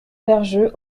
ferjeux